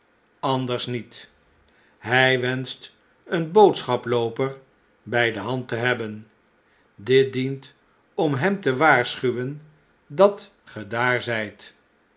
anders niet hij wenscht een boodschaplooper bij de hand te hebben dit dient om hem te waarschuwen dat ge daar zijt